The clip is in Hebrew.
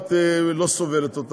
שהדעת לא סובלת.